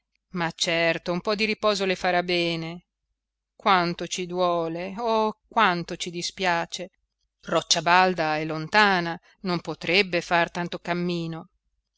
ma certo un po di riposo le farà bene quanto ci duole quanto ci dispiace roccia balda è lontana non potrebbe far tanto cammino